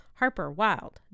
HarperWild